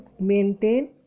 maintain